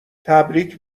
تبریگ